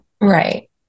Right